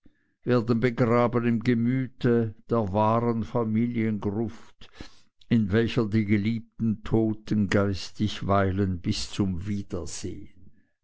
werden begraben im gemüte der wahren familiengruft in welcher die geliebten toten geistig weilen bis zum wiedersehen